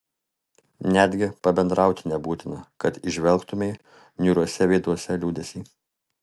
netgi pabendrauti nebūtina kad įžvelgtumei niūriuose veiduose liūdesį